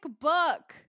book